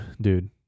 dude